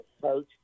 coach